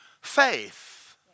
faith